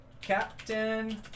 Captain